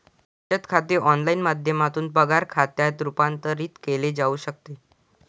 बचत खाते ऑनलाइन माध्यमातून पगार खात्यात रूपांतरित केले जाऊ शकते